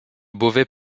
beauvais